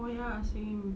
oh ya saying